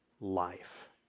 life